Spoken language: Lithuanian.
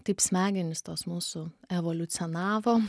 taip smegenys tos mūsų evoliucionavo